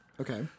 Okay